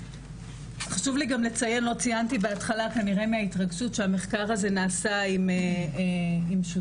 חשוב לי לציין שהמחקר הזה נעשה עם שותפים.